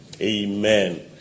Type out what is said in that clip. Amen